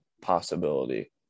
possibility